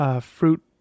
fruit